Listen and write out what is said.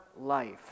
life